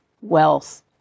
wealth